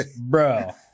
Bro